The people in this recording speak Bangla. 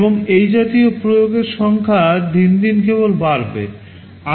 এবং এই জাতীয় প্রয়োগের সংখ্যা দিন দিন কেবল বাড়বে